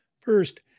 First